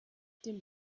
dem